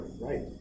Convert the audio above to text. right